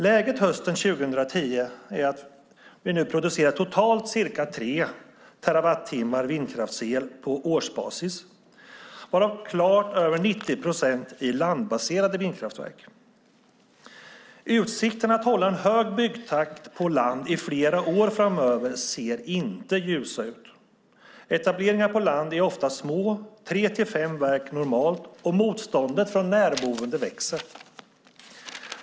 Läget hösten 2010 är att vi nu producerar totalt ca 3 terawattimmar vindkraftsel på årsbasis, varav klart över 90 procent i landbaserade vindkraftverk. Utsikten att hålla en hög byggtakt på land i flera år framöver ser inte ljus ut. Etableringar på land är ofta små, normalt på tre-fem verk, och motståndet från närboende växer.